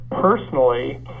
personally